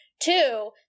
Two